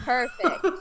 Perfect